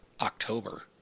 October